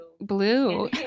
Blue